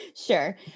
Sure